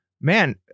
man